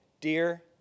dear